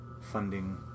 funding